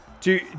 Do-